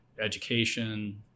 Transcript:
education